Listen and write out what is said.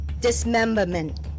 dismemberment